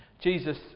Jesus